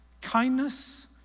Kindness